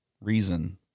reason